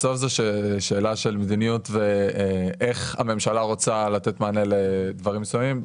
בסוף זה שאלה של מדיניות ואיך הממשלה רוצה לתת מענה לדברים מסוימים.